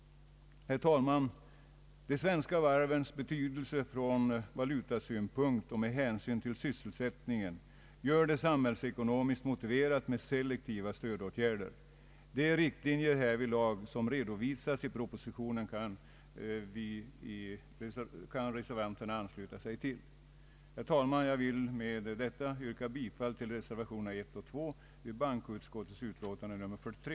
Herr talman! De svenska varvens betydelse från valutasynpunkt och med hänsyn till sysselsättningen gör det samhällsekonomiskt motiverat med selektiva stödåtgärder. De riktlinjer härvidlag som redovisats i propositionen kan reservanterna ansluta sig till. Herr talman! Jag vill med detta yrka bifall till reservationerna 1 och 2 vid bankoutskottets utlåtande nr 43.